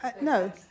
no